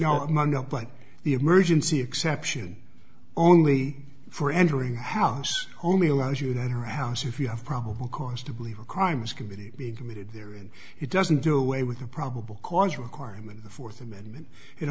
now among but the emergency exception only for entering the house only allows you to enter a house if you have probable cause to believe a crime was committed being committed there in it doesn't do away with the probable cause requirement the fourth amendment it